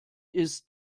ist